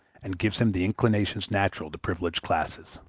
and gives him the inclinations natural to privileged classes.